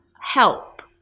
help